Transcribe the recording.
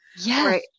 Yes